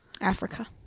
Africa